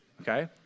Okay